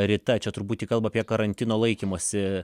rita čia turbūt ji kalba apie karantino laikymosi